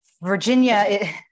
virginia